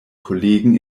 kollegen